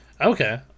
okay